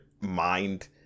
mind